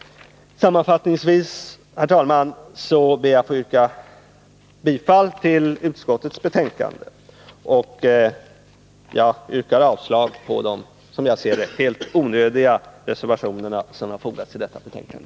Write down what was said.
Sammanfattningsvis, herr talman, ber jag att få yrka bifall till utskottets hemställan. Jag yrkar också avslag på de — enligt min mening — helt onödiga reservationer som har fogats vid detta betänkande.